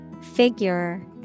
Figure